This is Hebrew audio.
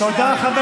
תודה.